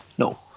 No